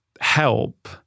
help